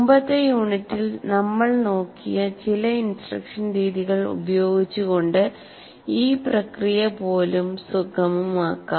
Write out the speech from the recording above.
മുമ്പത്തെ യൂണിറ്റിൽ നമ്മൾ നോക്കിയ ചില ഇൻസ്ട്രക്ഷൻ രീതികൾ ഉപയോഗിച്ചുകൊണ്ട് ഈ പ്രക്രിയ പോലും സുഗമമാക്കാം